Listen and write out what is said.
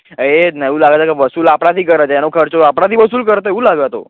હા એ જ ને એવું લાગે છે કે વસૂલ આપણાથી કરે છે એનો ખર્ચો આપણાથી વસૂલ કરશે એવું લાગે આ તો